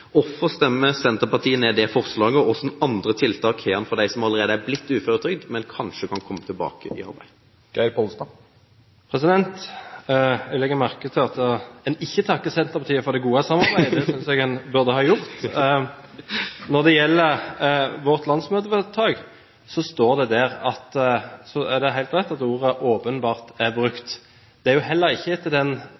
Hvorfor stemmer Senterpartiet ned det forslaget, og hvilke andre tiltak har en for dem som allerede er blitt uføretrygdet, men som kanskje kan komme tilbake i arbeid? Jeg legger merke til at en ikke takker Senterpartiet for det gode samarbeidet – det synes jeg en burde ha gjort. Når det gjelder vårt landsmøtevedtak, er det helt rett at ordet «åpenbart» er brukt. Det